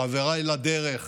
חבריי לדרך,